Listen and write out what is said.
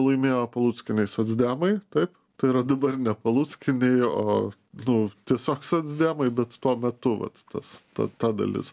laimėjo paluckiniai socdemai taip tai yra dabar ne paluckiniai o nu tiesiog socdemai bet tuo metu vat tas ta ta dalis